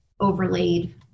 overlaid